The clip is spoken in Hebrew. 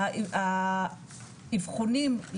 שמאד מנסה במשך השנים